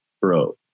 bro